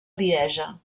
lieja